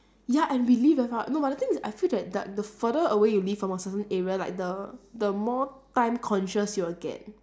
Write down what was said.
ya and we live very far no but the thing is I feel that the further away you live from a certain area like the the more time conscious you will get